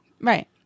Right